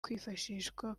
kwifashishwa